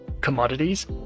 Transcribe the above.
Commodities